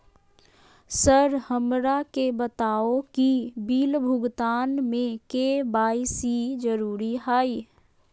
Sir हमरा के बताओ कि बिल भुगतान में के.वाई.सी जरूरी हाई?